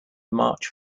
march